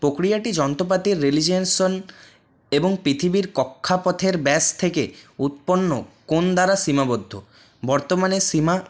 প্রক্রিয়াটি যন্ত্রপাতির এবং পৃথিবীর কক্ষপথের ব্যাস থেকে উৎপন্ন কোন দ্বারা সীমাবদ্ধ বর্তমানে সীমা